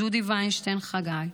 ג'ודי ויינשטיין חגי,